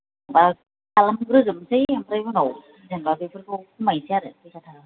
दा खालामग्रोजोबसै ओमफ्राय उनाव जेन'बा बेफोरखौ खमायनसै आरो फैसा थाखाखौ